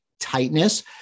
tightness